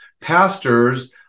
pastors